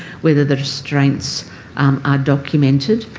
whether the restraints um are documented